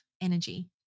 energy